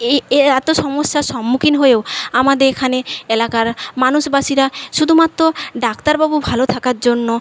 এই এর এত সমস্যার সম্মুখীন হয়েও আমাদে এখানে এলাকার মানুষবাসীরা শুধুমাত্র ডাক্তারবাবু ভালো থাকার জন্য